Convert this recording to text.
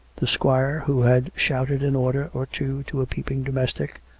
the squire, who had shouted an order or two to a peeping domestic,